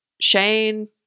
shane